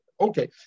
Okay